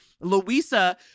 Louisa